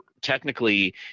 technically